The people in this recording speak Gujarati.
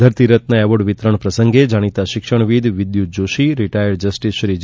ધરતીરત્ત એવોર્ડ વિતરણ પ્રસંગે જાણીતા શિક્ષણવિદ શ્રી વિદ્યૃત જોષી રિટાયર્ડ જસ્ટિસ શ્રી જે